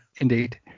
Indeed